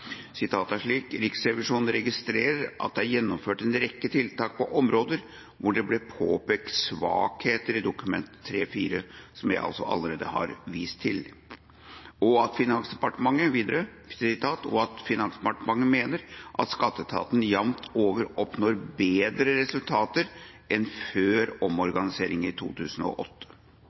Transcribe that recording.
gjennomført en rekke tiltak på områder hvor det ble påpekt svakheter i Dokument 3:4 »– som jeg allerede har vist til – «og at Finansdepartementet mener at skatteetaten jevnt over oppnår bedre resultater enn før omorganiseringen i 2008.